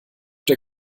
der